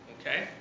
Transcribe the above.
Okay